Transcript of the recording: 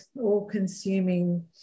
all-consuming